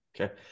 Okay